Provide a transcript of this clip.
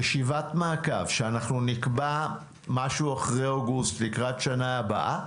בישיבת מעקב שאנחנו נקבע משהו אחרי אוגוסט לקראת שנה הבאה,